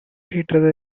greater